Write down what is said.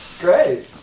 Great